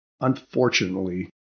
Unfortunately